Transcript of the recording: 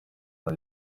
ari